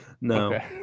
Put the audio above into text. No